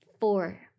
four